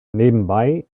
nebenbei